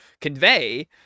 convey